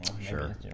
Sure